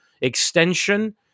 extension